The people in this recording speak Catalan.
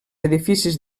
edificis